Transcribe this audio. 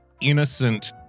innocent